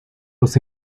los